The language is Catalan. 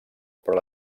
però